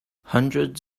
hundreds